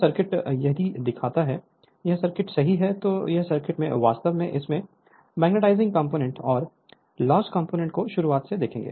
Refer Slide Time 0018 लेकिन यह circuit यदि दिखता है यह सर्किट सही है तो यह सर्किट में वास्तव में हम इस मैग्नेटाइजिंग कंपोनेंट और संदर्भ समय 0025 लॉस कंपोनेंट को शुरुआत से देखेंगे